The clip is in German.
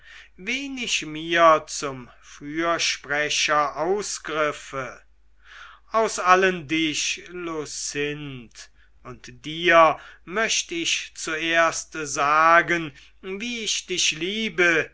wen ich mir zum fürsprecher ausgriffe aus allen dich lucinde und dir möcht ich zuerst sagen wie ich dich liebe